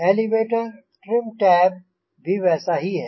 elevator trim tab भी वैसा ही है